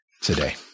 today